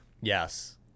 Yes